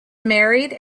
married